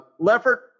Leffert